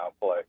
play